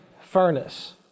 furnace